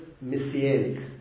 Messianic